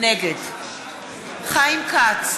נגד חיים כץ,